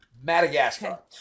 Madagascar